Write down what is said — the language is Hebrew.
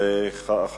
בבקשה.